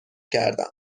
کردم